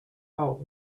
out